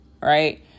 right